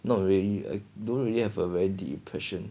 not really I don't really have a where the persian